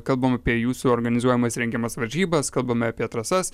kalbam apie jūsų organizuojamas rengiamas varžybas kalbame apie trasas